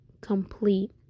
complete